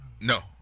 No